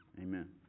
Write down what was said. Amen